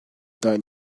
that